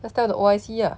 just tell the O_I_C lah